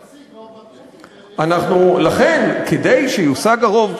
תשיג רוב בכנסת, לכן, כדי שיושג הרוב,